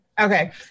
Okay